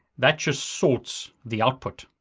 that just sorts the output.